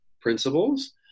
principles